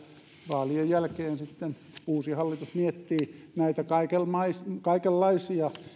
vaalien jälkeen sitten uusi hallitus miettii näitä kaikenlaisia